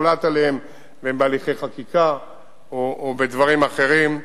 שהוחלט עליהם והם בהליכי חקיקה או בדברים אחרים.